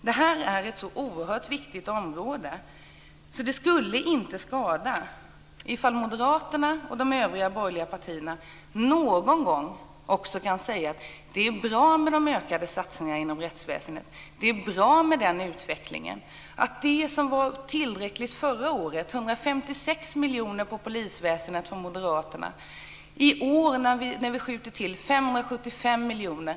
Det här är ett så oerhört viktigt område att det inte skulle skada om Moderaterna och de övriga borgerliga partierna någon gång kunde säga: Det är bra med de ökade satsningarna inom rättsväsendet. Det är bra med den utvecklingen. Moderaterna tillräckligt. I år skjuter vi till 575 miljoner.